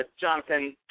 Jonathan